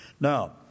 Now